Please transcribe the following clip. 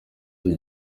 iki